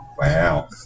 Wow